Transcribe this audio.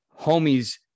homies